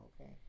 okay